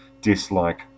dislike